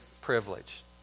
privilege